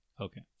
Okay